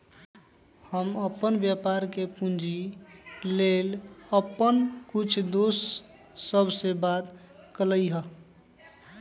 हम अप्पन व्यापार के पूंजी लेल अप्पन कुछ दोस सभ से बात कलियइ ह